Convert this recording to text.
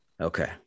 Okay